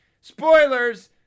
Spoilers